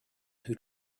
who